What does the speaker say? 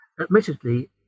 admittedly